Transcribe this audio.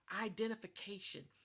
identification